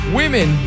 women